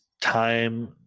time